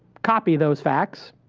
copy those facts,